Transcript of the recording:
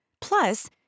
Plus